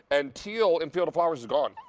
and teal in field of flowers is gone.